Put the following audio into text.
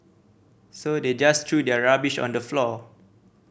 so they just threw their rubbish on the floor